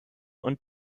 und